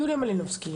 יוליה מלינובסקי,